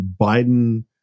Biden